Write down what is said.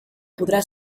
podrà